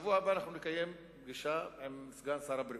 בשבוע הבא אנחנו נקיים פגישה עם סגן שר הבריאות.